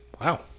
wow